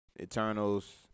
Eternals